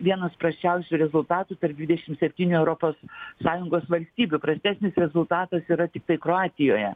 vienas prasčiausių rezultatų per dvidešimt septynių europos sąjungos valstybių prastesnis rezultatas yra tiktai kroatijoje